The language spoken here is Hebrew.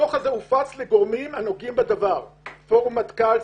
הדוח הזה הופץ לגורמים הנוגעים בדבר: פורום מטכ"ל,